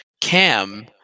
Cam